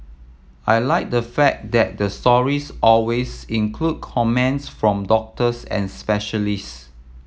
I like the fact that the stories always include comments from doctors and specialist